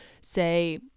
say